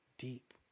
Deep